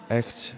echt